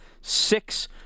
six